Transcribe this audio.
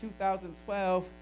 2012